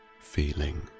feeling